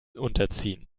unterziehen